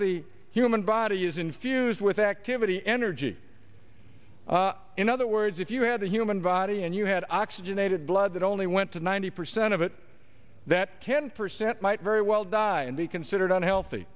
the human body is infused with activity energy in other words if you had a human body and you had oxygenated blood that only went to ninety percent of it that ten percent might very well die and be considered unhealthy